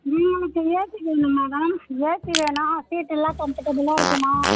எங்களுக்கு ஏசி வேணும் madam AC வேணும் சீட்டெல்லாம் கம்ஃபர்ட்டபிளாக இருக்கணும்